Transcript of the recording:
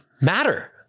matter